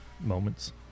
moments